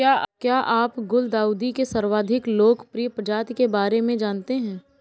क्या आप गुलदाउदी के सर्वाधिक लोकप्रिय प्रजाति के बारे में जानते हैं?